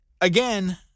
again